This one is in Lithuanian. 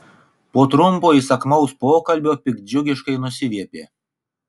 po trumpo įsakmaus pokalbio piktdžiugiškai nusiviepė